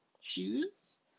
shoes